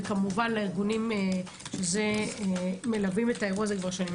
וכמובן לארגונים שמלווים את האירוע הזה כבר שנים.